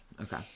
Okay